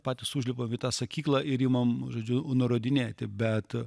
patys užlipam į tą sakyklą ir imam žodžiu nurodinėti bet